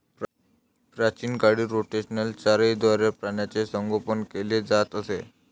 प्राचीन काळी रोटेशनल चराईद्वारे प्राण्यांचे संगोपन केले जात असे